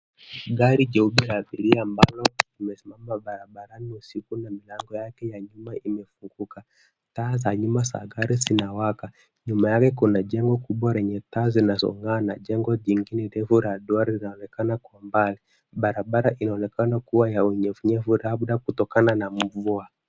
Gari jeupe la abiria mbalo limesimama barabarani usiku na milango yake ya nyuma iliyofunguka. Taa za nyuma za gari zinawaka. Nyuma yake kuna jengo kubwa lenye taa zinazong'aa na jengo jingine refu la duara linaonekana kwa mbali. Barabara inaonekana kuwa ya unyevunyevu labda kutokana na mvua.